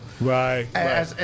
Right